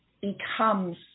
becomes